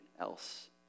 else